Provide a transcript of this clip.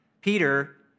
Peter